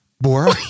Bora